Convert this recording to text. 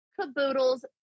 caboodles